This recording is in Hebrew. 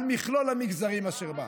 על מכלול המגזרים אשר בה.